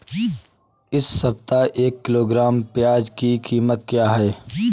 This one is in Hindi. इस सप्ताह एक किलोग्राम प्याज की कीमत क्या है?